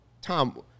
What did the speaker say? tom